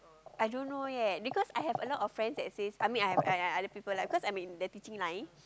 I don't know yet because I have a lot of friends that says I mean I have I I I other people like cause I'm in the teaching line